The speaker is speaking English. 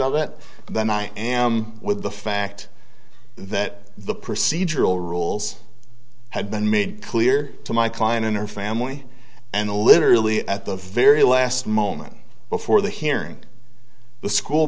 of it than i am with the fact that the procedural rules have been made clear to my client and her family and literally at the very last moment before the hearing the school